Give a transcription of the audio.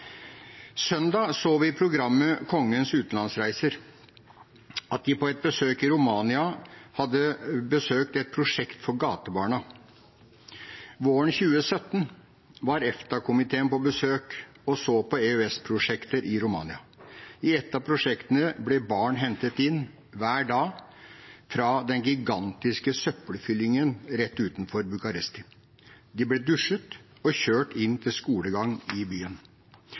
Søndag så vi i programmet «Kongeparets reiser for Noreg» at de på et besøk i Romania hadde besøkt et prosjekt for gatebarn. Våren 2017 var EFTA-komiteen på besøk i Romania og så på EØS-prosjekter. I et av prosjektene ble barn hentet inn – hver dag – fra den gigantiske søppelfyllingen rett utenfor Bucuresti. De ble dusjet og kjørt inn til skolegang i byen.